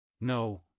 No